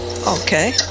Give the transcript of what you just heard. Okay